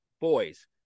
boys